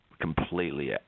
completely